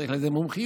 צריך לזה מומחיות.